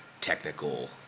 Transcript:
technical